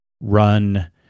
run